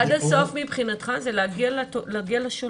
עד הסוף מבחינתך זה להגיע לשולח.